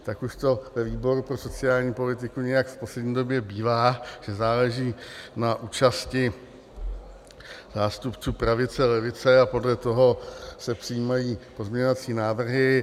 Tak už to ve výboru pro sociální politiku nějak v poslední době bývá, že záleží na účasti zástupců pravice, levice a podle toho se přijímají pozměňovací návrhy.